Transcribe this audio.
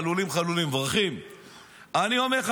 חלולים חלולים" אני אומר לך,